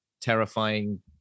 terrifying